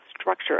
structure